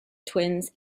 twins